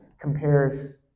compares